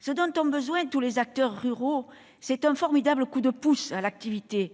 Ce dont ont besoin tous les acteurs ruraux, c'est d'un formidable coup de pouce à l'activité :